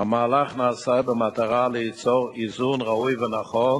בעיקר שהמורות יוכלו להיקלט, המורים והמורות,